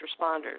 responders